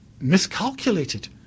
Miscalculated